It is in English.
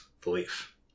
belief